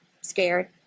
scared